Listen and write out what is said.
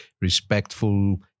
respectful